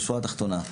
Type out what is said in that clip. בשורה התחתונה,